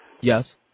Yes